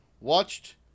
watched